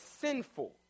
sinful